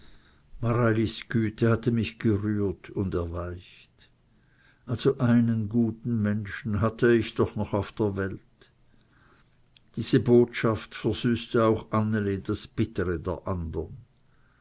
güte hatte mich gerührt und erweicht also einen guten menschen hatte ich doch noch auf der welt diese botschaft versüßte auch anneli das bittere des andern